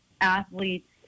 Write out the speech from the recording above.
athletes